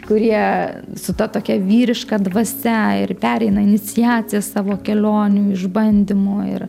kurie su ta tokia vyriška dvasia ir pereina iniciacijas savo kelionių išbandymų ir